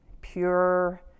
pure